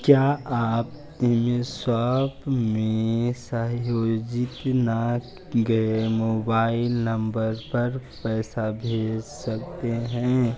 क्या आप एमे स्वाप में सहयोजित न गए मोबाइल नम्बर पर पैसा भेज सकते हैं